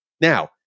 Now